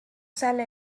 sale